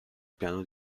piano